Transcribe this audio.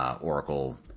Oracle